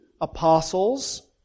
apostles